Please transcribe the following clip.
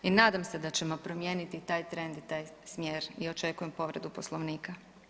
I nadam se da ćemo promijeniti taj trend i taj smjer i očekujem povredu Poslovnika.